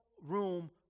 room